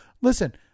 listen